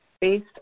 based